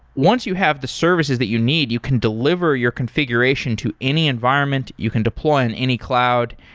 once you have the services that you need, you can delivery your configuration to any environment, you can deploy on any cloud,